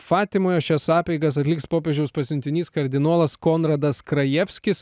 fatimoje šias apeigas atliks popiežiaus pasiuntinys kardinolas konradas krajevskis